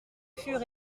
fur